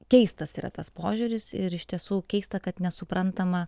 keistas yra tas požiūris ir iš tiesų keista kad nesuprantama